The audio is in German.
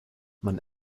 man